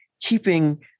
keeping